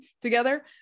together